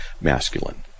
masculine